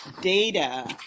data